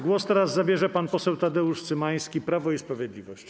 Głos zabierze pan poseł Tadeusz Cymański, Prawo i Sprawiedliwość.